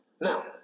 Now